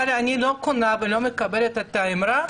אבל אני לא קונה ולא מקבלת את האמרה